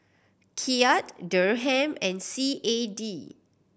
Kyat Dirham and C A D